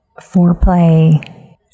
foreplay